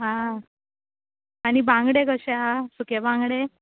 आं आनी बांगडे कशे आं सुके बांगडे